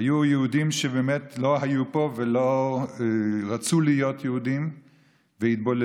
היו יהודים שבאמת לא היו פה ולא רצו להיות יהודים והתבוללו,